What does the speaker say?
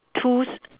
two s~